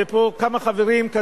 וכמה חברים פה,